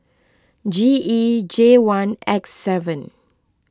G E J one X seven